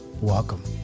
Welcome